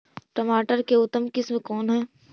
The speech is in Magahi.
टमाटर के उतम किस्म कौन है?